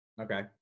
Okay